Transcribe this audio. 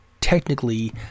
technically